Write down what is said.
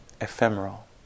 ephemeral